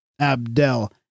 Abdel